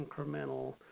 incremental